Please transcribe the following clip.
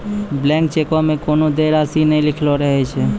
blank चेको मे कोनो देय राशि नै लिखलो रहै छै